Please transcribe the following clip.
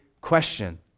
question